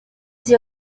sie